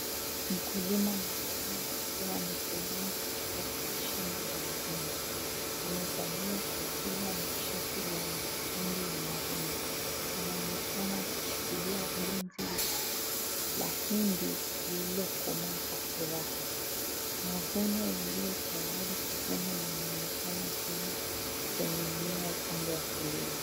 Mkulima mwanaume akiwa amesimama katikakati ya shamba la mahindi. Amevalia kofia na shati la maruni. Anaonekana akishikilia gumzi la mahindi lililokomaa kwa furaha. Mavuno yaliyo tayari kuvuna yanaonekana pia kwenye mmea upande wa kulia.